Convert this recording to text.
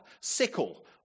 sickle